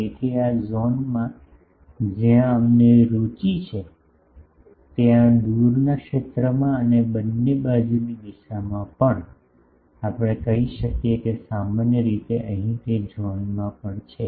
તેથી આ ઝોનમાં જ્યાં અમને રુચિ છે ત્યાં દૂરના ક્ષેત્રમાં અને બંને બાજુની દિશામાં પણ આપણે કહી શકીએ કે સામાન્ય રીતે અહીં તે ઝોનમાં પણ છે